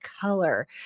color